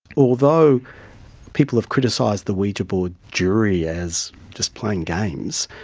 although people have criticised the ouija board jury as just playing games,